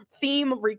theme